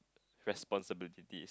responsibility